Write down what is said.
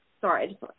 Sorry